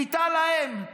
ליטל, האם: